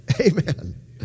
Amen